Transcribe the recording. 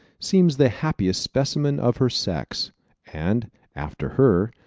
seems the happiest specimen of her sex and, after her,